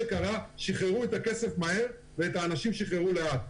שחררו את הכסף מהר ואת האנשים שחררו לאט,